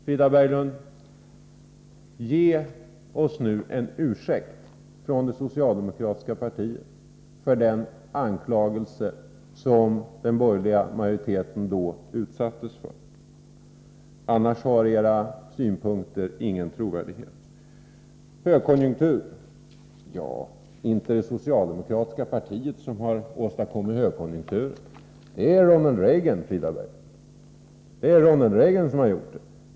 Frida Berglund, ge oss nu en ursäkt från det socialdemokratiska partiet för den anklagelse som den borgerliga majoriteten utsattes för, annars har era synpunkter ingen trovärdighet. Högkonjunktur, ja, inte är det det socialdemokratiska partiet som har åstadkommit högkonjunkturen. Det är Ronald Reagan, Frida Berglund, som har gjort det.